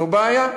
זו בעיה.